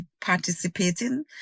participating